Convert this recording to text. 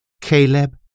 Caleb